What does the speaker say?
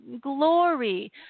glory